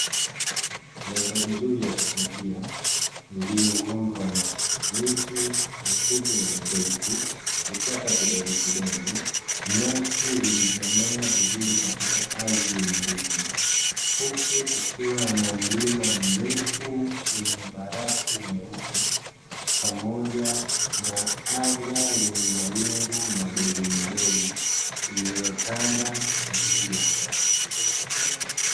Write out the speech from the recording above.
Mandhari nzuri ya kuvutia iliyo undaw na miti mifupi na mirefu vichaka vidogovidogo nyasi zilizo mea vizuri katika ardhi yenye rutuba, huku kukiwa na mlima mrefu wenye barafu nyeupe pamoja na anga lenye mawingu madogomadogo iliyo tanda vizuri angani.